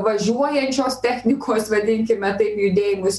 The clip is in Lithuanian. važiuojančios technikos vadinkime taip judėjimus